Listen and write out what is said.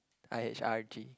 i_h_r_g